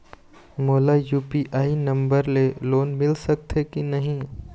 मोला UPI number ले loan मिल सकथे कि नहीं?